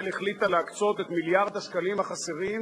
זאת אומרת אין הצבעה,